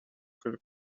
could